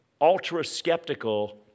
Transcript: ultra-skeptical